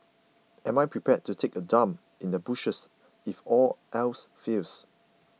am I prepared to take a dump in the bushes if all else fails